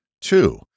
Two